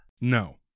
No